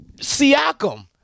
Siakam